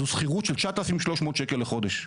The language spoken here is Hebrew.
זו שכירות של 9,300 אלף שקלים בחודש.